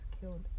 killed